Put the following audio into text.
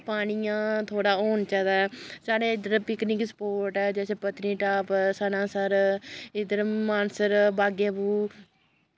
पानी इ'यां थोह्ड़ा होना चाहिदा ऐ साढ़ै इद्धर पिकनिक स्पाट ऐ जैसे पत्नीटाप सन्नासर इद्धर मानसर बागे बाहू